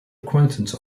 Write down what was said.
acquaintance